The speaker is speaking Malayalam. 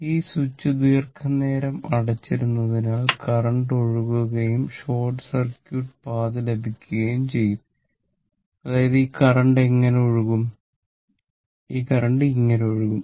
ഈ സ്വിച്ച് ദീർഘനേരം അടച്ചിരുന്നതിനാൽ കറന്റ് ഒഴുകുകയും ഷോർട്ട് സർക്യൂട്ട് പാത ലഭിക്കുകയും ചെയ്യും അതായത് ഈ കറന്റ് ഇങ്ങനെ ഒഴുകും